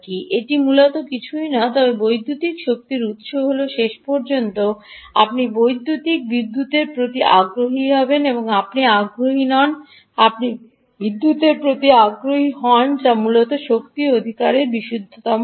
এটি মূলত কিছুই নয় তবে বৈদ্যুতিক শক্তির উত্স হল শেষ পর্যন্ত আপনি বৈদ্যুতিক বিদ্যুতের প্রতি আগ্রহী হবেন আপনি আগ্রহী নন আপনি বিদ্যুতের প্রতি আগ্রহী হন যা মূলত শক্তির অধিকারের বিশুদ্ধতম রূপ